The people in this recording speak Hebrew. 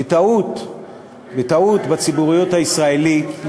בטעות בציבוריות הישראלית,